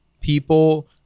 people